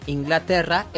Inglaterra